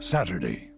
Saturday